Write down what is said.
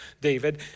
David